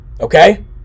Okay